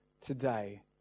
today